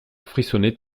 frissonnait